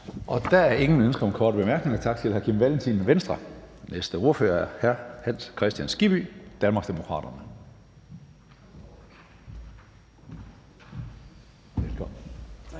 Der er ingen ønsker om korte bemærkninger. Tak til hr. Kim Valentin, Venstre. Den næste ordfører er hr. Hans Kristian Skibby, Danmarksdemokraterne. Kl.